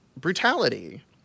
brutality